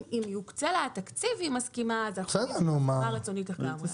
אם יוקצה לה התקציב והיא מסכימה - אז זו הסכמה רצונית לגמרי.